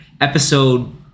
episode